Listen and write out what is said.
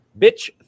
bitch